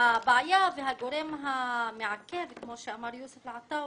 הבעיה והגורם המעכב כמו שאמר יוסף אלעטאונה,